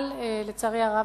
אבל לצערי הרב,